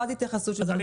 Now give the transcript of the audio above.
ואז התייחסות לדברים.